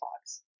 talks